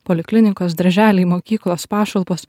poliklinikos darželiai mokyklos pašalpos